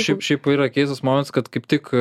šiaip šiaip yra keistas momentas kad kaip tik